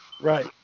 Right